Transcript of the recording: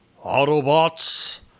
Autobots